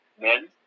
men